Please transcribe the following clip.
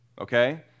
okay